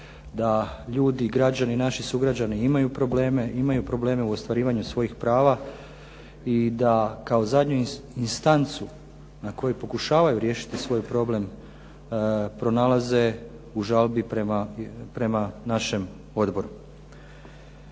da ljudi, građani, naši sugrađani imaju probleme, imaju probleme u ostvarivanju svojih prava. I da kao zadnju instancu na kojoj pokušavaju riješiti svoj problem pronalaze u žalbi prema našem odboru.